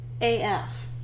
AF